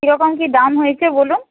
কীরকম কী দাম হয়েছে বলুন